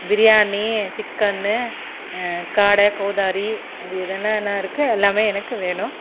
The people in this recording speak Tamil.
பிரியாணி சிக்கன்னு காடை கௌதாரி இது என்னென்ன இருக்குது எல்லாமே எனக்கு வேணும்